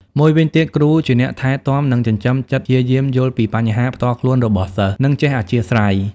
មួយវិញទៀតគ្រូជាអ្នកថែទាំនិងចិញ្ចឹមចិត្តព្យាយាមយល់ពីបញ្ហាផ្ទាល់ខ្លួនរបស់សិស្ស និងចេះអធ្យាស្រ័យ។